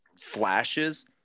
flashes